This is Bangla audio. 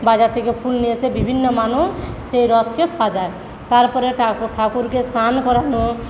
বাজার থেকে ফুল নিয়ে এসে বিভিন্ন মানুষ সেই রথকে সাজায় তারপরে ঠাকুরকে স্নান করানো